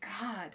God